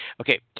Okay